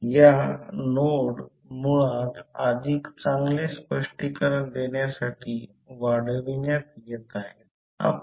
तर M mutual inductance आहे ते 0